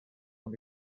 from